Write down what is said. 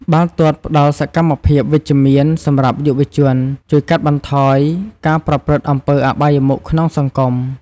បាល់ទាត់ផ្តល់សកម្មភាពវិជ្ជមានសម្រាប់យុវជន ជួយកាត់បន្ថយការប្រព្រឹត្តអំពើអបាយមុខក្នុងសង្គម។